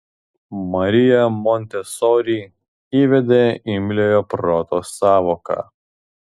marija montesori įvedė imliojo proto sąvoką